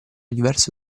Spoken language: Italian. diverso